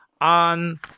on